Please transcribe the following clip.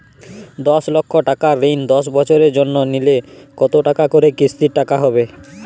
দশ লক্ষ টাকার ঋণ দশ বছরের জন্য নিলে কতো টাকা করে কিস্তির টাকা হবে?